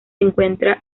encuentra